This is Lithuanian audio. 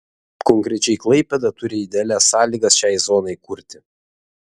konkrečiai klaipėda turi idealias sąlygas šiai zonai kurti